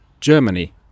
Germany